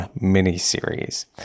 mini-series